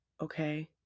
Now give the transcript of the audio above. okay